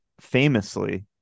famously